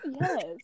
Yes